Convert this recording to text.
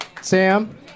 Sam